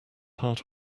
heart